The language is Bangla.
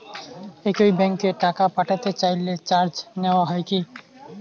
একই ব্যাংকে টাকা পাঠাতে চাইলে চার্জ নেওয়া হয় কি?